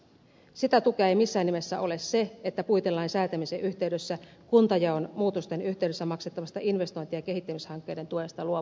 sitä tukea ei missään nimessä ole se että puitelain säätämisen yhteydessä kuntajaon muutosten yhteydessä maksettavasta investointi ja kehittämishankkeiden tuesta luovuttiin